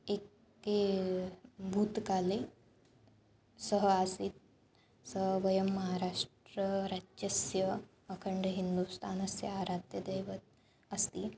इति ए भूतकाले सः आसीत् स वयं महाराष्ट्रराज्यस्य अखण्डहिन्दुस्थानस्य आराध्यदैवः अस्ति